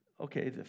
okay